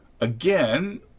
Again